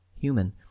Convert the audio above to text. human